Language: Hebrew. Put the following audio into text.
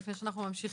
לפני שאנחנו ממשיכים,